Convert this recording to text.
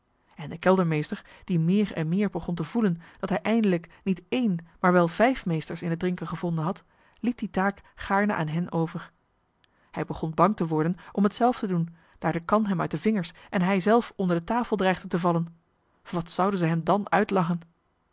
en de keldermeester die meer en meer begon te voelen dat hij eindelijk niet één maar wel vijf meesters in het drinken gevonden had liet die taak gaarne aan hen over hij begon bang te worden om het zelf te doen daar de kan hem uit de vingers en hij zelf onder de tafel dreigde te vallen wat zouden ze hem dan uitlachen